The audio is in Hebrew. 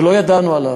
ולא ידענו עליו,